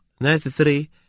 ninety-three